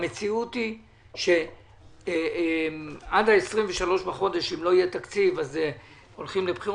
המציאות היא שאם לא יהיה תקציב עד ה-23 בדצמבר,